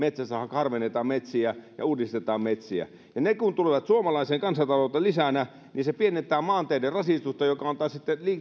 harvennetaan ja uudistetaan metsiä ja ne kun tulevat suomalaiseen kansantalouteen lisänä niin se pienentää maanteiden rasitusta mikä on taas sitten